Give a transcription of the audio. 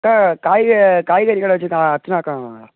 அக்கா காய் காய்கறி கடை வச்சுருக்க அர்ச்சனா அக்காங்களா